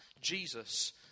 Jesus